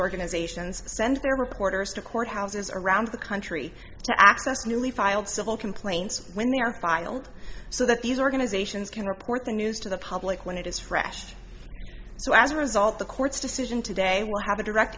organizations spend their reporters to courthouses around the country to access newly filed civil complaints when they are filed so that these organizations can report the news to the public when it is fresh so as a result the court's decision today will have a direct